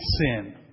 sin